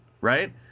right